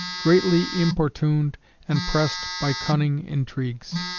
greatly importuned and pressed by cunning intrigues.